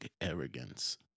arrogance